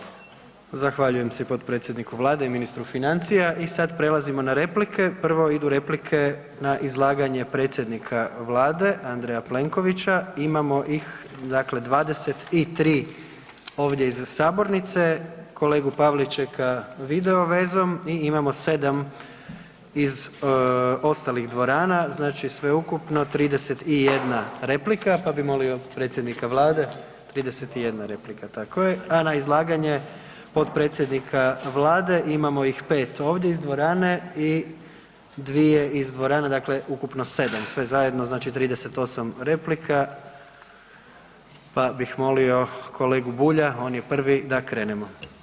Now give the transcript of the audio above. Zahvaljujem se potpredsjedniku Vlade i ministru financija i sad prelazimo na replike, prvo idu replike na izlaganje predsjednika Vlade, Andreja Plenkovića imamo ih dakle 23 ovdje iza sabornice, kolegu Pavličeka video vezom i imamo 7 iz ostalih dvorana, znači sveukupno 31 replika pa bih molio predsjednika Vlade, 31 replika tako je, a na izlaganje potpredsjednika Vlade imamo ih 5 ovdje iz dvorane i 2 iz dvorana, dakle ukupno 7, sve zajedno znači 38 replika pa bih molio kolegu Bulja, on je prvi da krenemo.